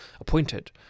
appointed